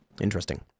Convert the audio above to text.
Interesting